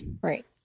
Right